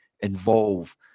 involve